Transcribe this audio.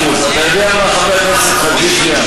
חבר הכנסת חאג' יחיא.